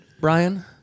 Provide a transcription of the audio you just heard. Brian